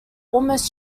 almost